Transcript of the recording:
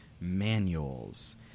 manuals